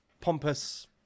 pompous